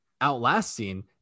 outlasting